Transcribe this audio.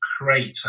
crater